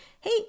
Hey